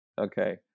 Okay